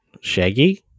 Shaggy